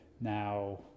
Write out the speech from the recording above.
now